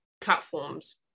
platforms